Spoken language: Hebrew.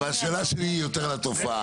אבל השאלה שלי היא יותר על התופעה.